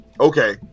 Okay